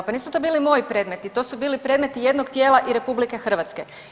Pa nisu to bili moji predmeti, to su bili predmeti jednog tijela i Republike Hrvatske.